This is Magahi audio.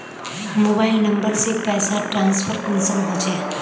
मोबाईल नंबर से पैसा ट्रांसफर कुंसम होचे?